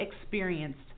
experienced